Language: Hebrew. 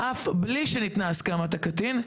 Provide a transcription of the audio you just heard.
אף בלי שניתנה הסכמת הקטין,